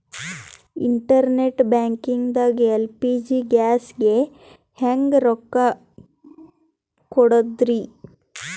Internet banking ದಾಗ LPG ಗ್ಯಾಸ್ಗೆ ಹೆಂಗ್ ರೊಕ್ಕ ಕೊಡದ್ರಿ?